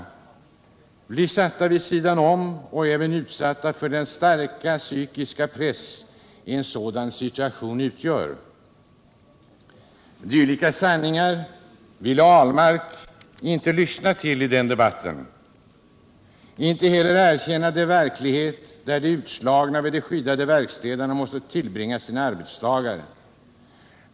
De blir satta vid sidan om och även utsatta för den starka psykiska press som en sådan situation utgör. Dylika sanningar ville Per Ahlmark inte lyssna till i den debatten — och inte heller erkänna den verklighet där de utslagna vid de skyddade verkstäderna måste tillbringa sina arbetsdagar.